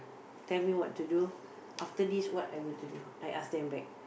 tell me what to do after this what I will to do I ask them back